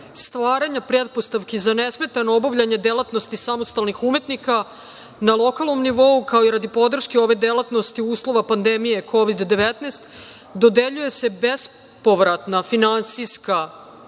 stvaranja pretpostavki za nesmetano obavljanje delatnosti samostalnih umetnika na lokalnom nivou, kao i radi podrške ove delatnosti uslova pandemije Kovid-19, dodeljuje se bespovratna finansijska